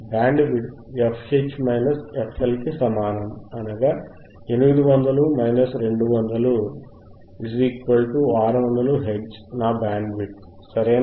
band width fH fL కి సమానం అనగా 800 200 600 హెర్ట్జ్ నా బ్యాండ్ విడ్త్ సరేనా